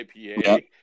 IPA